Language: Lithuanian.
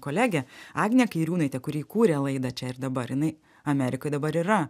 kolegė agnė kairiūnaitė kuri įkūrė laidą čia ir dabar jinai amerikoj dabar yra